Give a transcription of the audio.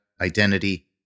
identity